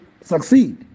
succeed